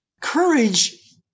Courage